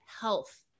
health